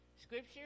scripture